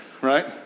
Right